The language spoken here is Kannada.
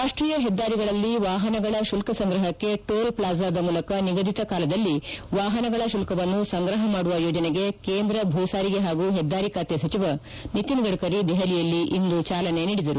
ರಾಷ್ಷೀಯ ಹೆದ್ದಾರಿಗಳಲ್ಲಿ ವಾಹನಗಳ ಶುಲ್ಲ ಸಂಗ್ರಹಕ್ಕೆ ಟೋಲ್ ಪ್ಲಾಜಾದ ಮೂಲಕ ನಿಗದಿತ ಕಾಲದಲ್ಲಿ ವಾಹನಗಳ ಶುಲ್ಕವನ್ನು ಸಂಗ್ರಹ ಮಾಡುವ ಯೋಜನೆಗೆ ಕೇಂದ್ರ ಭೂ ಸಾರಿಗೆ ಹಾಗೂ ಹೆದ್ದಾರಿ ಖಾತೆ ಸಚಿವ ನಿತಿನ್ ಗಡ್ಡರಿ ದೆಹಲಿಯಲ್ಲಿ ಇಂದು ಚಾಲನೆ ನೀಡಿದರು